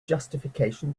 justification